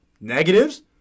Negatives